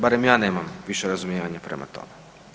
Barem ja nemam više razumijevanja prema tome.